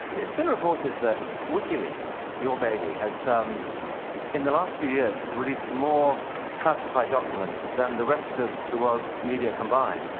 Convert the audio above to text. it's been reported that wikileaks, your baby, has, in the last few years has released more classified documents than the rest of the world's media combined.